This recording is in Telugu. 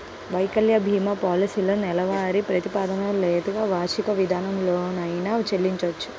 వైకల్య భీమా పాలసీలను నెలవారీ ప్రాతిపదికన లేదా వార్షిక విధానంలోనైనా చెల్లించొచ్చు